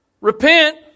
Repent